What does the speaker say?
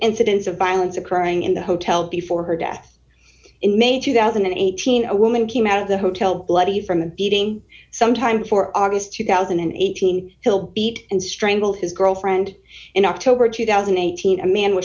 incidents of violence occurring in the hotel before her death in may two thousand and eighteen a woman came out of the hotel bloody from beating sometime before august two thousand and eighteen he'll beat and strangled his girlfriend in october two thousand and eighteen a man was